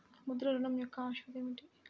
ముద్ర ఋణం యొక్క ఆవశ్యకత ఏమిటీ?